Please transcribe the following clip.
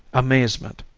amazement,